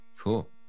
cool